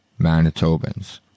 Manitobans